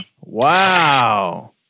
Wow